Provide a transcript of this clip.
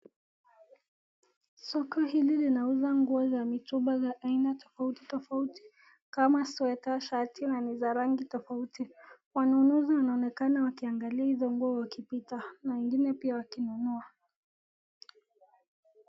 Soko hili linauza nguo za mitumba za haina tofauti tofauti, kama sweta, shati na ni za rangi tofauti. Wanunuzi wanaonekana wakiangalia hizo nguo wakipita na wengine pia wakinunua.